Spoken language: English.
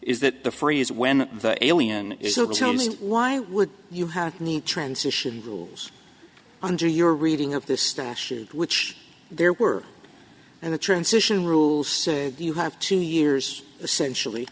is that the phrase when the alien is over tell me why would you have need transition rules under your reading of this statute which there were and the transition rules say you have two years essentially